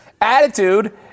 Attitude